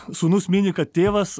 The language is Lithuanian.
sūnus mini kad tėvas